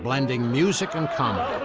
blending music and comedy.